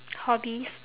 hobbies